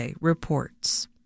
reports